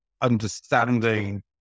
understanding